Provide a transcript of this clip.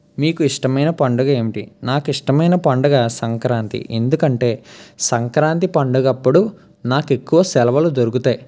మీకు ఇష్టమైన పండుగ ఏంటి నాకు ఇష్టమైన పండగ సంక్రాంతి ఎందుకంటే సంక్రాంతి పండుగప్పుడు నాకు ఎక్కువ సెలవులు దొరుకుతాయి